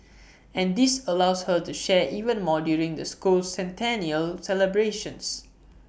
and this allows her to share even more during the school's centennial celebrations